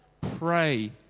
Pray